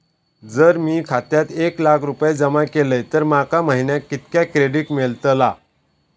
जर मी माझ्या खात्यात एक लाख रुपये जमा केलय तर माका महिन्याक कितक्या क्रेडिट मेलतला?